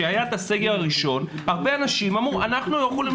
בסגר הראשון הרבה אנשים אמרו: אנחנו לא יכולים